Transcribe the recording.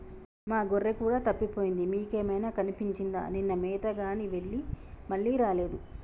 మా గొర్రె కూడా తప్పిపోయింది మీకేమైనా కనిపించిందా నిన్న మేతగాని వెళ్లి మళ్లీ రాలేదు